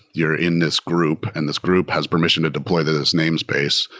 you're in this group, and this group has permission to deploy this namespace.